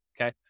okay